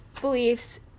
beliefs